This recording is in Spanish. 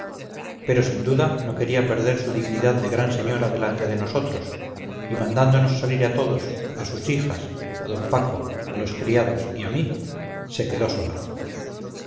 pero sin duda no quería perder su dignidad de gran señora delante de nosotros y mandándonos salir a todos a sus hijas a d paco a los criados y a mí se quedó sola